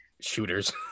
shooters